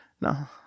no